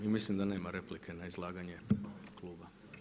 I mislim da nema replike na izlaganje kluba.